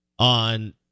On